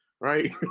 right